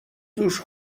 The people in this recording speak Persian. توش